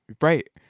Right